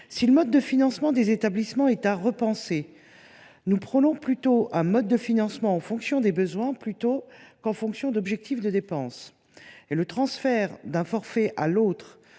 Si le mode de financement des établissements est à repenser, nous prônons un mode de financement en fonction des besoins plutôt qu’en fonction d’objectifs de dépenses. Le transfert d’un forfait à l’autre